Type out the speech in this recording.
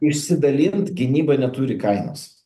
išsidalint gynyba neturi kainos